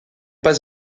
pas